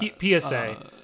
PSA